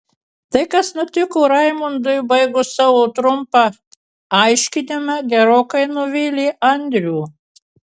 tai kas nutiko raimundui baigus savo trumpą aiškinimą gerokai nuvylė andrių